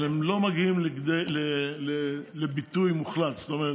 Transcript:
אבל הם לא מגיעים לביטוי מוחלט, זאת אומרת,